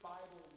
Bible